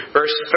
verse